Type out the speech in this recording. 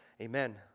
Amen